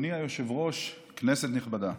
היושב-ראש, כנסת נכבדה,